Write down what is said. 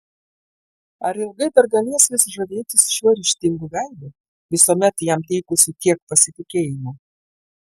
ar ilgai dar galės jis žavėtis šiuo ryžtingu veidu visuomet jam teikusiu tiek pasitikėjimo